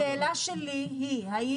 השאלה שלי היא האם